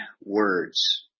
words